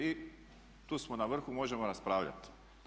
I tu smo na vrhu, možemo raspravljati.